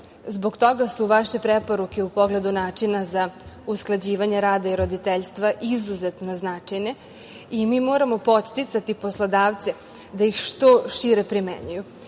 Zbog toga su vaše preporuke u pogledu načina za usklađivanje rada i roditeljstva izuzetno značajne. Mi moramo podsticati poslodavce da ih što šire primenjuju. Evo,